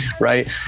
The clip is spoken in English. Right